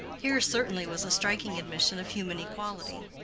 here certainly was a striking admission of human equality.